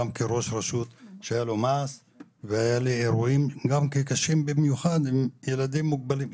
גם כראש רשות והיה לי אירועים גם כן קשים במיוחד עם ילדים מוגבלים.